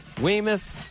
Weymouth